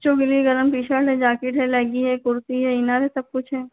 हाँ बच्चों के लिए गर्म टीशर्ट है जाकेट है लेगी है कुर्ती है इनर है सब कुछ है